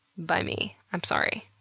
by me. i'm sorry.